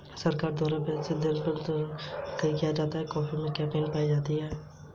सरकार के द्वारा ब्याज दर को काम करने और ऋण घटाने से पुनःमुद्रस्फीति आती है